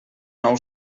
nou